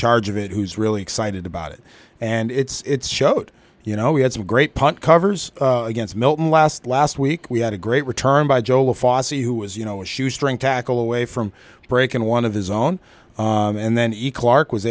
charge of it who's really excited about it and it's showed you know we had some great punt covers against milton last last week we had a great return by joel fauci who was you know a shoestring tackle away from breaking one of his own and then